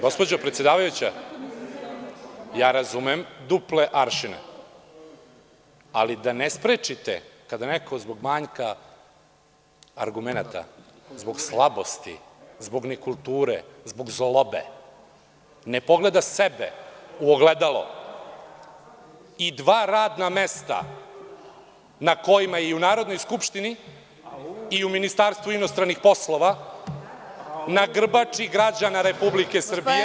Gospođo predsedavajuća, ja razumem duple aršine, ali da ne sprečite kada neko zbog manjka argumenata, zbog slabosti, zbog nekulture, zbog zlobe ne pogleda sebe u ogledalo i dva radna mesta na kojima je i u Narodnoj skupštini i u Ministarstvu inostranih poslova na grbači građana Republike Srbije…